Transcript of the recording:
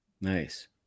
Nice